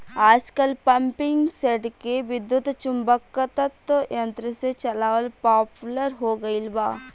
आजकल पम्पींगसेट के विद्युत्चुम्बकत्व यंत्र से चलावल पॉपुलर हो गईल बा